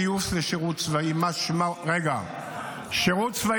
גיוס לשירות צבאי משמעותי -- רק להבין מה זה 50% 50%. -- משמעותי,